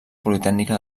politècnica